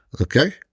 okay